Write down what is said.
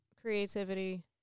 creativity